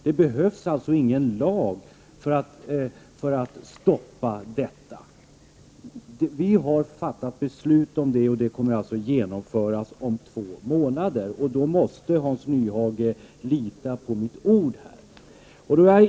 Det behövs alltså ingen lag för att stoppa den. Vi har fattat beslut om det, och det kommer att genomföras om två månader. Då måste också Hans Nyhage lita på mitt ord!